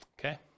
okay